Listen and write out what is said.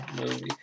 movie